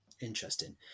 interesting